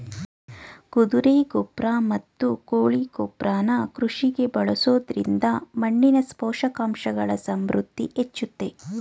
ಕುದುರೆ ಗೊಬ್ರ ಮತ್ತು ಕೋಳಿ ಗೊಬ್ರನ ಕೃಷಿಗೆ ಬಳಸೊದ್ರಿಂದ ಮಣ್ಣಿನ ಪೋಷಕಾಂಶಗಳ ಸಮೃದ್ಧಿ ಹೆಚ್ಚುತ್ತೆ